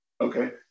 Okay